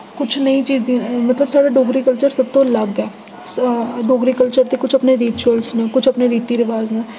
किश नेही चीज गी मतलब साढ़ा डोगरी कल्चर सबतों लग्ग ऐ डोगरी कल्चर दे किश अपने रिचुअल न किश अपने रीति रिवाज न